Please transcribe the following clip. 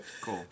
Cool